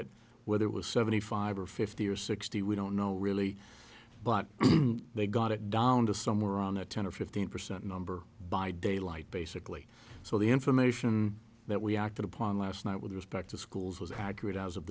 it whether it was seventy five or fifty or sixty we don't know really but they got it down to somewhere around the ten or fifteen percent number by daylight basically so the information that we acted upon last night with respect to schools was accurate as of